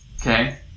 okay